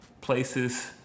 places